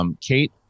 Kate